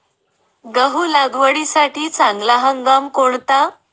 गहू लागवडीसाठी चांगला हंगाम कोणता?